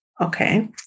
Okay